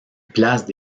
placent